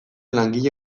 langile